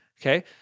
okay